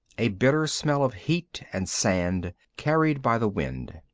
a bitter smell of heat and sand, carried by the wind.